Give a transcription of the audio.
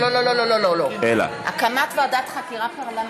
לא, אנחנו מתנגדים לוועדת חקירה.